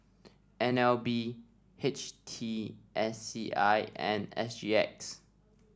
N L B H T S C I and S G X